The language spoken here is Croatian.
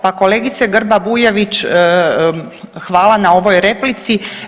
Pa kolegice Grba Bujević hvala na ovoj replici.